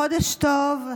חודש טוב.